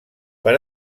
per